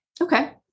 Okay